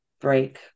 break